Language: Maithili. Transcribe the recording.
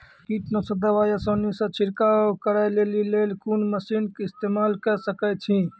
कीटनासक दवाई आसानीसॅ छिड़काव करै लेली लेल कून मसीनऽक इस्तेमाल के सकै छी?